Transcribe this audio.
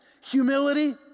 Humility